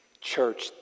church